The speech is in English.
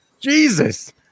jesus